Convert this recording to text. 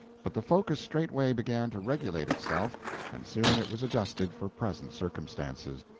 but the focus straightway began to regulate itself and soon it was adjusted for present circumstances.